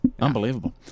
Unbelievable